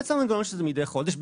עצם המנגנון שזה מדי חודש,